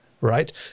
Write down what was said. right